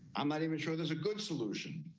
i'm not even sure there's a good solution.